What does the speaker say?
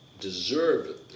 deservedly